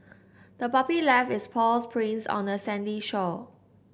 the puppy left its paws prints on the sandy shore